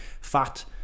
fat